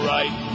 Right